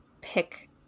pick